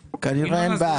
כנראה, אין בעיה.